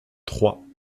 trois